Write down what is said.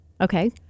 Okay